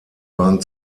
waren